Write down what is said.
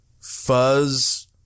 fuzz